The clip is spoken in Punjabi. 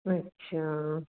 ਅੱਛਾ